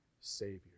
Savior